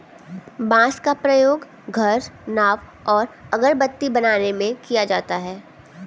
बांस का प्रयोग घर, नाव और अगरबत्ती बनाने में किया जाता है